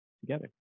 together